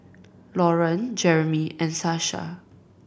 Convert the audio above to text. Loran Jermey and Sasha